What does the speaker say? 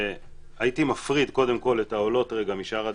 הייתי מפריד קודם כל את העולות משאר הדיון,